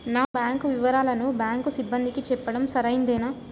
నా బ్యాంకు వివరాలను బ్యాంకు సిబ్బందికి చెప్పడం సరైందేనా?